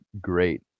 great